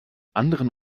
anderen